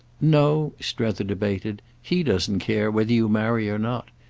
no, strether debated he doesn't care whether you marry or not.